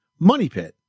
MONEYPIT